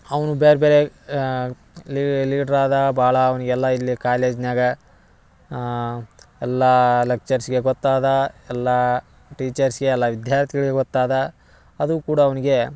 ಅವನು ಬೇರೆ ಬೇರೆ ಲೀಡ್ರ್ ಆದ ಭಾಳ ಅವ್ನ್ಗೆಲ್ಲ ಇಲ್ಲಿ ಕಾಲೇಜ್ನ್ಯಾಗ ಎಲ್ಲಾ ಲೆಚ್ಚರ್ಸ್ಗೆ ಗೊತ್ತಾದ ಎಲ್ಲಾ ಟೀಚರ್ಸ್ಗೆ ಎಲ್ಲ ವಿದ್ಯಾರ್ಥಿಗಳಿಗೆ ಗೊತ್ತಾದ ಅದು ಕೂಡ ಅವ್ನ್ಗೆ